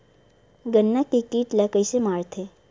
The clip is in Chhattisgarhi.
गन्ना के कीट ला कइसे मारथे?